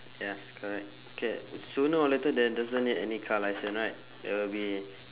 yes correct okay sooner or later then doesn't need any car license right there will be